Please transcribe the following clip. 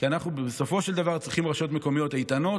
כי בסופו של דבר אנחנו צריכים רשויות מקומיות איתנות,